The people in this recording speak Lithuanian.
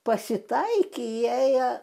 pasitaikė jai